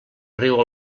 riu